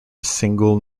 single